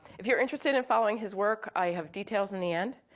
if you're interested in following his work, i have details in the end.